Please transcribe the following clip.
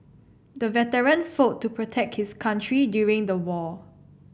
the veteran fought to protect his country during the war